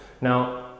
Now